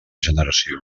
generació